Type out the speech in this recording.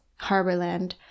Harborland